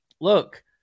look